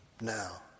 Now